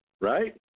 right